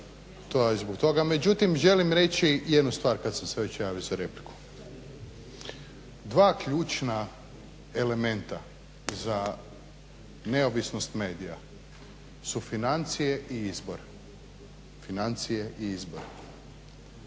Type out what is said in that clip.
to je zbog toga. Međutim želim reći jednu stvar kada sam se već javio za repliku. Dva ključna elementa za neovisnost medija su financije i izbori. Ukoliko se ide